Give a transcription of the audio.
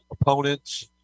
opponents